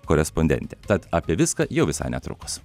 korespondentė tad apie viską jau visai netrukus